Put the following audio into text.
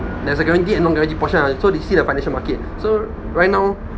there's a guaranteed and non guaranteed portion lah so they see the financial market so right now